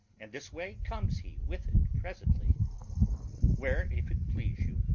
and this way comes he with it presently where, if it please you,